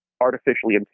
artificially